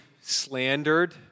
slandered